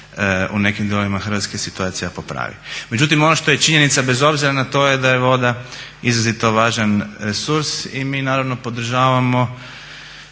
u nekim dijelovima Hrvatske situacija popravi. Međutim, ono što je činjenica bez obzira na to je da je voda izrazito važan resurs i mi naravno podržavamo